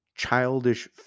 Childish